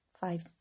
five